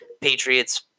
Patriots